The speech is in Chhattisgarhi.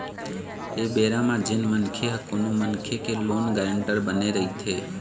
ऐ बेरा म जेन मनखे ह कोनो मनखे के लोन गारेंटर बने रहिथे